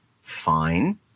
fine